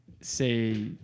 say